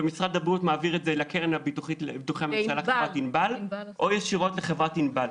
ומשרד הבריאות מעביר את זה לקרן הביטוחית הממשלתית - חברת ענבל,